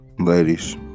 ladies